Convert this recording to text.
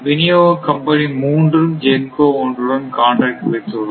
வினியோக கம்பெனி 3 ம் GENCO 1 உடன் காண்ட்ராக்ட் வைத்துள்ளது